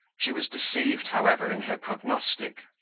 she was deceived, however, in her prognostic.